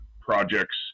projects